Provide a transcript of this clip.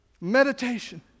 Meditation